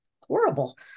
horrible